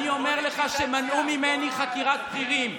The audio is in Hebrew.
אני אומר לך שמנעו ממני חקירת בכירים.